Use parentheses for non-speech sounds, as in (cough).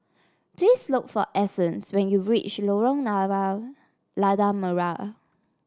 please look for Essence when you reach Lorong (unintelligible) Lada Merah